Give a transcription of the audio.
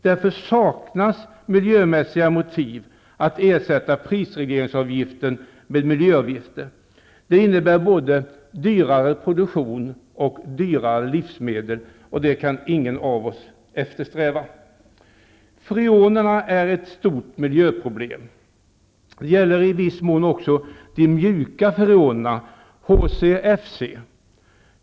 Därför saknas miljömässiga motiv att ersätta prisregleringsavgiften med miljöavgift. Det innebär bara dyrare produktion och dyrare livsmedel, och det kan ingen av oss eftersträva. Freonerna är ett stort miljöproblem. Det gäller i viss mån också de mjuka freonerna, HCFC.